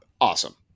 awesome